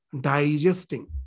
digesting